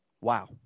Wow